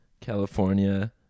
California